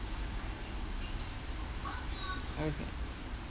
okay